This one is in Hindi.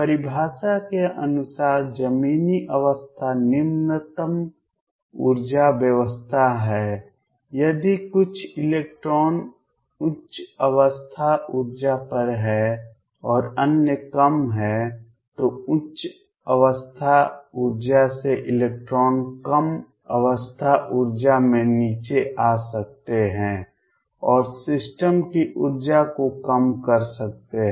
परिभाषा के अनुसार जमीनी अवस्था निम्नतम ऊर्जा अवस्था है यदि कुछ इलेक्ट्रॉन उच्च अवस्था ऊर्जा पर हैं और अन्य कम हैं तो उच्च अवस्था ऊर्जा से इलेक्ट्रॉन कम अवस्था ऊर्जा में नीचे आ सकते हैं और सिस्टम की ऊर्जा को कम कर सकते हैं